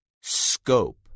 scope